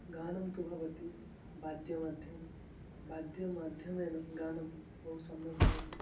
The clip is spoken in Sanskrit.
गानं तु भवति वाद्यमाध्यमं वाद्यमाध्यमेन गानं बहु सम्यक् भवति